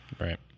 right